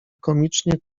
komicznie